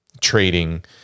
trading